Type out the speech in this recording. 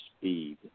speed